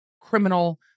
criminal